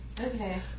Okay